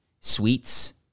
sweets